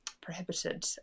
prohibited